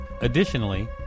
Additionally